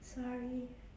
sorry